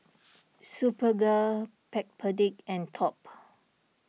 Superga Backpedic and Top